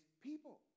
people